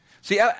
See